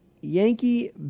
Yankee